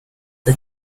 the